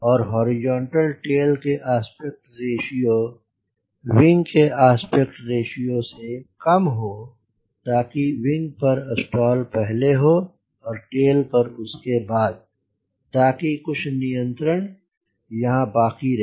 और horizontal tail के aspect ratio wing के आस्पेक्ट रेश्यो से कम हो ताकि विंग पर स्टॉल पहले हो और टेल पर उसके बाद ताकि कुछ नियंत्रण यहाँ बाकी रहे